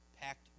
packed